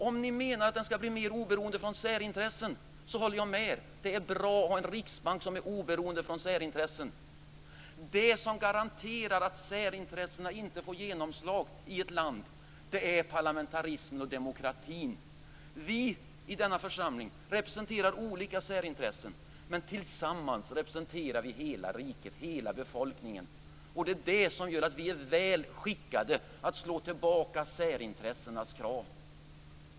Om ni menar att Riksbanken skall bli mer oberoende av särintressen håller jag med. Det är bra att ha en riksbank som är oberoende av särintressen. Det som garanterar att särintressena inte får genomslag i ett land är parlamentarismen och demokratin. Vi i denna församling representerar olika särintressen, men tillsammans representerar vi hela riket, hela befolkningen. Det är det som gör att vi är väl skickade att slå tillbaka särintressenas krav.